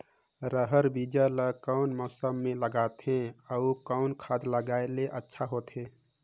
रहर बीजा ला कौन मौसम मे लगाथे अउ कौन खाद लगायेले अच्छा होथे?